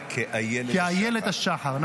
כאיילת השחר.